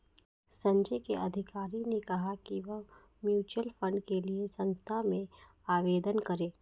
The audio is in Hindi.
संजय के अधिकारी ने कहा कि वह म्यूच्यूअल फंड के लिए संस्था में आवेदन करें